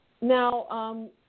Now